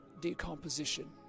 decomposition